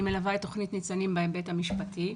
אני מלווה את תוכנית ניצנים בהיבט המשפטי.